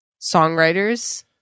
songwriters